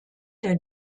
der